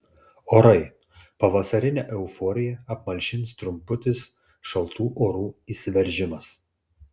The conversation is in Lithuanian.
orai pavasarinę euforiją apmalšins trumputis šaltų orų įsiveržimas